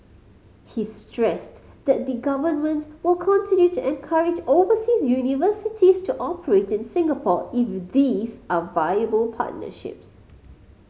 he stressed that the Government will continue to encourage overseas universities to operate in Singapore if these are viable partnerships